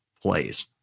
plays